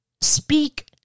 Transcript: speak